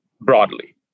broadly